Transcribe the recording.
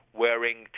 wearing